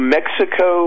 Mexico